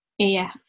AF